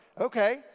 Okay